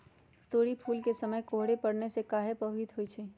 तोरी फुल के समय कोहर पड़ने से काहे पभवित होई छई?